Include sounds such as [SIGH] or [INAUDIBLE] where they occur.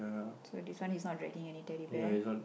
[NOISE] so this one is not dragging any Teddy Bear [NOISE]